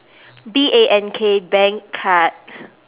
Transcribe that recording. B A N K bank card